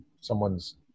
someone's